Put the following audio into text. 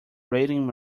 waiting